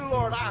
Lord